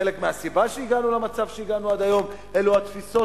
חלק מהסיבה למצב שהגענו אליו היום זה התפיסות